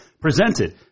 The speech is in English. presented